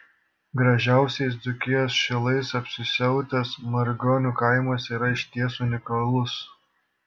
gražiausiais dzūkijos šilais apsisiautęs margionių kaimas yra išties unikalus